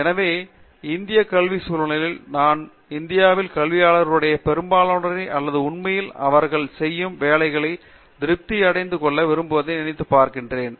எனவே இந்திய கல்வி சூழலில் நான் இந்தியாவில் கல்வியாளர்களுடைய பெரும்பாலானோரை அல்லது உண்மையில் அவர்கள் செய்யும் வேலையில் திருப்தி அடைந்து கொள்ள விரும்புவதை நினைத்து பார்க்கிறேன்